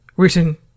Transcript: written